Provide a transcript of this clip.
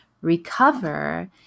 recover